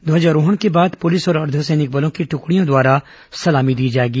ध्वजारोहण के बाद पुलिस और अर्द्धसैनिक बलों की द्वकड़ियों द्वारा सलामी दी जाएगी